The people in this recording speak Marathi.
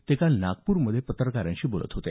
ते काल नागपूरमध्ये पत्रकारांशी बोलत होते